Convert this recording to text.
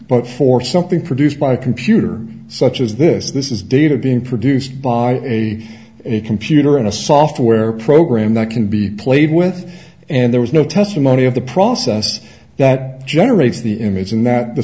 but for something produced by computer such as this this is data being produced by a computer in a software program that can be played with and there was no testimony of the process that generates the image and that the